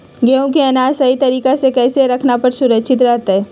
गेहूं के अनाज सही तरीका से कैसे रखला पर सुरक्षित रहतय?